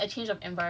like when you just